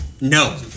no